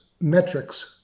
metrics